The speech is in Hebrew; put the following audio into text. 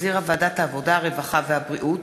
שהחזירה ועדת העבודה, הרווחה והבריאות,